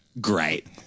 great